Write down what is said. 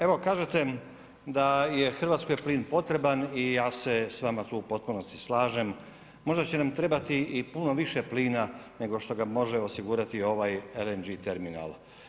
Evo kažete da je Hrvatskoj plin potreban i ja se s vama tu u potpunosti slažem, možda će nam trebati i puno više plina nego što ga može osigurati ovaj LNG terminal.